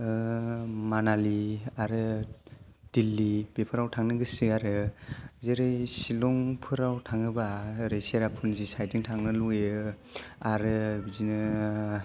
मानालि आरो दिल्ली बेफोराव थांनो गोसो आरो जेरै शिलंफोराव थाङोबा ओरै चेरापुन्जी साइडथिं थांनो लुबैयो आरो बिदिनो